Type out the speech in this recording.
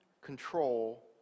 control